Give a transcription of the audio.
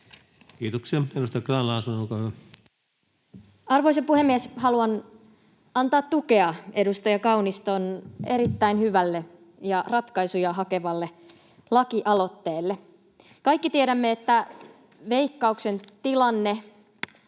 muuttamisesta Time: 18:25 Content: Arvoisa puhemies! Haluan antaa tukea edustaja Kauniston erittäin hyvälle ja ratkaisuja hakevalle lakialoitteelle. Kaikki tiedämme, että Veikkauksen tilanne